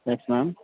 yes ma'am